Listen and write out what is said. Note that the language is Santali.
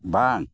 ᱵᱟᱝ